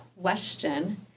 question